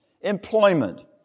Employment